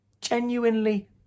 genuinely